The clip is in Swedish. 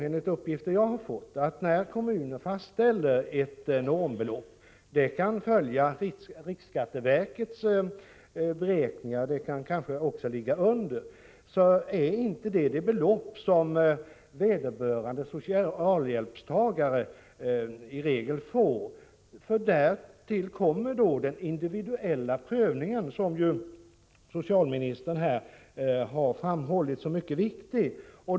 Enligt uppgifter som jag fått förhåller det sig så att när kommuner fastställer ett normbelopp — det kan överensstämma med riksskatteverkets beräkningar men också ligga under dessa — är det i regel inte det belopp som vederbörande socialhjälpstagare får, eftersom därtill kommer den individuella prövningen, som ju socialministern här har framhållit såsom mycket viktig.